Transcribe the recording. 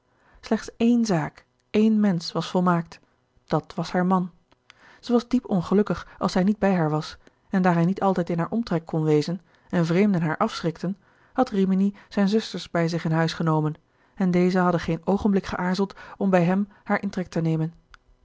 slechts ééne zaak één mensch was volmaakt dat was haar man zij was diep ongelukkig als hij niet bij haar was en daar hij niet altijd in haar omtrek kon wezen en vreemden haar afschrikten had rimini zijne zusters bij zich in huis genomen en deze hadden geen oogenblik geaarzeld om bij hem haar intrek te nemen